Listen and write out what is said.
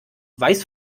weiß